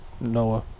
Noah